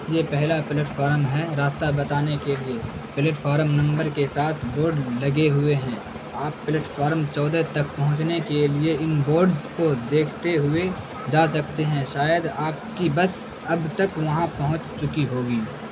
یہ پہلا platform ہے راستہ بتانے کے لیے پلیٹ فارم نمبر کے ساتھ بورڈ لگے ہوئے ہیں آپ پلیٹ فارم چودہ تک پہنچنے کے لیے ان بورڈز کو دیکھتے ہوئے جا سکتے ہیں شاید آپ کی بس اب تک وہاں پہنچ چکی ہوگی